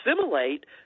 assimilate